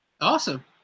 Awesome